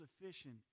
sufficient